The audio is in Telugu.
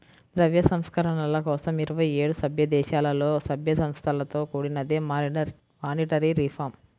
ద్రవ్య సంస్కరణల కోసం ఇరవై ఏడు సభ్యదేశాలలో, సభ్య సంస్థలతో కూడినదే మానిటరీ రిఫార్మ్